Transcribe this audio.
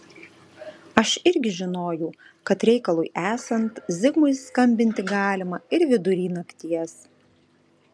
aš irgi žinojau kad reikalui esant zigmui skambinti galima ir vidury nakties